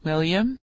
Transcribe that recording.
William